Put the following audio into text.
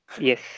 Yes